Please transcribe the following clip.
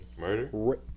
Murder